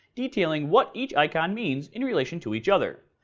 detailing what each icon means in relation to each other.